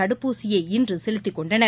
தடுப்பூசியை இன்றுசெலுத்திக் கொண்டனர்